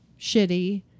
shitty